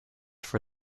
for